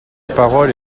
parole